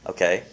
Okay